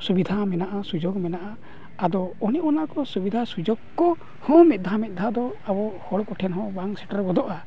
ᱥᱩᱵᱤᱫᱷᱟ ᱦᱚᱸ ᱢᱮᱱᱟᱜᱼᱟ ᱥᱩᱡᱳᱜᱽ ᱦᱚᱸ ᱢᱮᱱᱟᱜᱼᱟ ᱟᱫᱚ ᱚᱱᱮ ᱚᱱᱟ ᱠᱚ ᱥᱩᱵᱤᱫᱷᱟ ᱥᱩᱡᱳᱜᱽ ᱠᱚᱦᱚᱸ ᱢᱤᱫ ᱫᱷᱟᱣ ᱢᱤᱫ ᱫᱷᱟᱣ ᱫᱚ ᱟᱵᱚ ᱦᱚᱲ ᱠᱚᱴᱷᱮᱱ ᱦᱚᱸ ᱵᱟᱝ ᱥᱮᱴᱮᱨ ᱜᱚᱫᱚᱜᱼᱟ